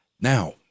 Now